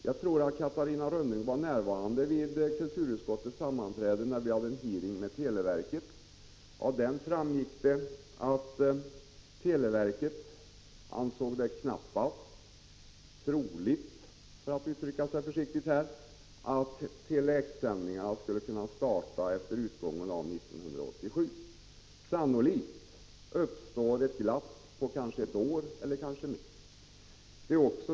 Jag tror att Catarina Rönnung var närvarande vid kulturutskottets sammanträde, då vi hade en hearing med företrädare för televerket. Av den framgick det att televerket knappast ansåg det troligt, för att uttrycka sig försiktigt, att Tele-X-sändningarna skulle kunna starta efter utgången av 1987. Sannolikt uppstår ett glapp på ett år, kanske mer.